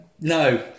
No